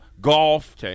golf